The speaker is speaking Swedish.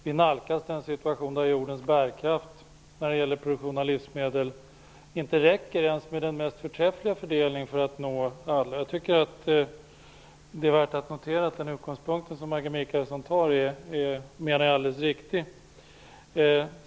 Vi nalkas den situation där jordens bärkraft när det gäller produktion av livsmedel inte räcker ens med den mest förträffliga fördelning för att nå alla. Jag tycker att det är värt att notera den utgångpunkt som Maggi Mikaelsson tar. Jag menar att den är alldeles riktig.